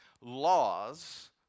laws